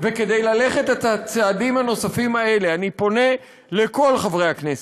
כדי ללכת את הצעדים הנוספים האלה אני פונה לכל חברי הכנסת,